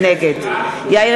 נגד יאיר